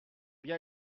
bien